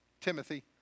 Timothy